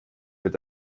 wird